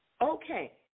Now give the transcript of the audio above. Okay